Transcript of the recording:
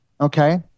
okay